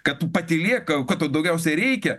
kad tu patylėk ko tau daugiausiai reikia